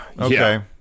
Okay